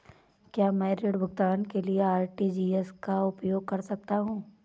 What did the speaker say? क्या मैं ऋण भुगतान के लिए आर.टी.जी.एस का उपयोग कर सकता हूँ?